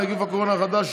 נגיף הקורונה החדש),